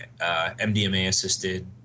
MDMA-assisted